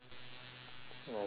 oh why don't you pee